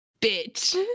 Bitch